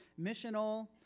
missional